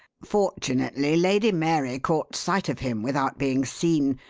fortunately, lady mary caught sight of him without being seen,